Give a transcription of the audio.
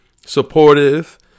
supportive